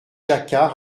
jacquat